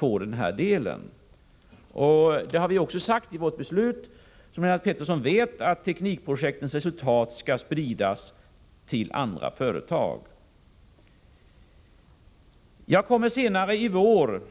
Vi har sagt — det framgår av vårt beslut och det vet Lennart Pettersson — att teknikprojektens resultat skall spridas till andra Om ett centrum för fÖrstag; S 3 4 R mikroelektronik i Jag kommer senare i vår